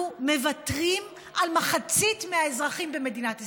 מוותרים על מחצית מהאזרחים במדינת ישראל.